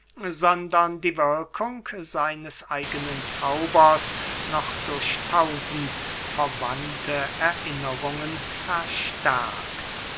sondern die wirkung seines eigenen zaubers noch durch tausend verwandte erinnerungen verstärkt